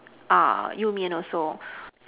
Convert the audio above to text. uh You-Mian also